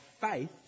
faith